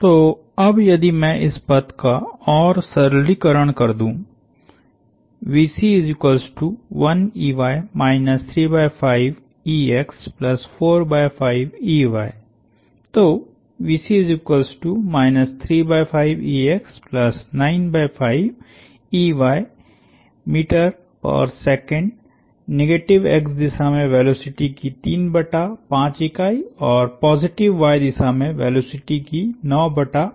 तो अब यदि मैं इस पद का और सरलीकरण कर दूं तो निगेटिव x दिशा में वेलोसिटी की 3 बटा 5 इकाई और पॉजिटिव y दिशा में वेलोसिटी की 9 बटा 5 इकाई है